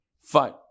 fine